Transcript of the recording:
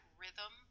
rhythm